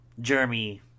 Jeremy